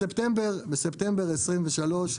בספטמבר 23'